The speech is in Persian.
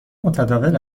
متداول